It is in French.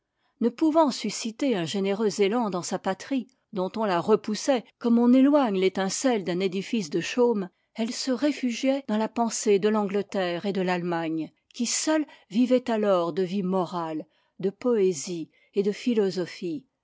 ne pouvant susciter un généreux élan dans sa patrie dont on la repoussait comme on éloigne l'étincelle d'un édifice de chaume elle se réfugiait dans la pensée de l'angleterre et de l'allemagne qui seules vivaient alors de vie morale de poésie et de philosophie